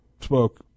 spoke